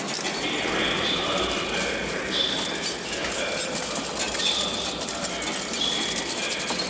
if the aryans are the japhetic race, and if japheth was one of the sons of the patriarch who escaped from the deluge,